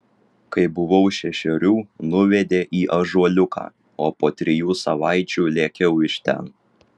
kai buvau šešerių nuvedė į ąžuoliuką o po trijų savaičių lėkiau iš ten